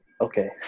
Okay